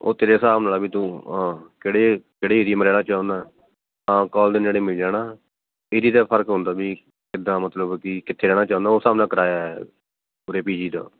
ਉਹ ਤੇਰੇ ਹਿਸਾਬ ਨਾਲ ਆ ਵੀ ਤੂੰ ਕਿਹੜੇ ਕਿਹੜੇ ਏਰੀਏ ਮ ਰਹਿਣਾ ਚਾਹੁੰਦਾ ਹਾਂ ਕੋਲਜ ਦੇ ਨੇੜੇ ਮਿਲ ਜਾਣਾ ਪੀਜੀ ਦਾ ਫਰਕ ਹੁੰਦਾ ਵੀ ਕਿੱਦਾਂ ਮਤਲਬ ਕਿ ਕਿੱਥੇ ਰਹਿਣਾ ਚਾਹੁੰਦਾ ਉਸ ਹਿਸਾਬ ਨਾਲ ਕਿਰਾਇਆ ਹੈ ਉਰੇ ਪੀਜੀ ਦਾ